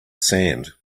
sand